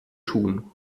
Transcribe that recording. tun